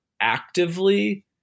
actively